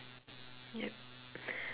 yup